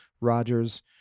Rogers